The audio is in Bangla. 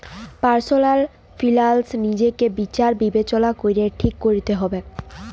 পার্সলাল ফিলালস লিজেকে বিচার বিবেচলা ক্যরে ঠিক ক্যরতে হবেক